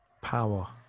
power